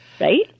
Right